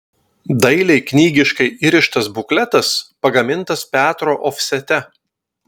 dailiai knygiškai įrištas bukletas pagamintas petro ofsete